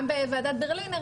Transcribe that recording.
גם בוועדת ברלינר